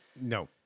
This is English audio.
No